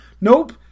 Nope